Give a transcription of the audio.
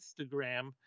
Instagram